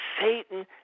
Satan